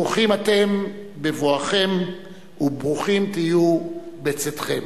ברוכים אתם בבואכם וברוכים תהיו בצאתכם.